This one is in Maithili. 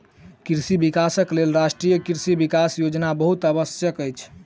कृषि विकासक लेल राष्ट्रीय कृषि विकास योजना बहुत आवश्यक अछि